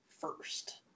first